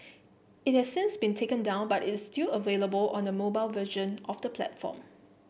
it has since been taken down but it is still available on the mobile version of the platform